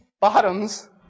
bottoms